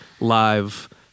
live